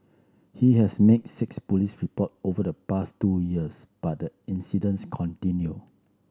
he has made six police report over the past two years but the incidents continued